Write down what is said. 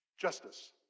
Justice